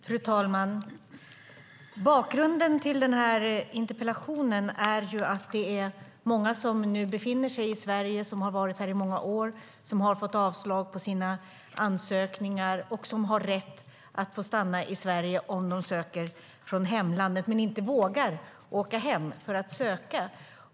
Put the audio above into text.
Fru talman! Bakgrunden till interpellationen är att många som nu befinner sig i Sverige, och som varit här i många år, har fått avslag på sina ansökningar. De har dock rätt att få stanna i Sverige om de söker från hemlandet, men de vågar inte åka hem för att söka.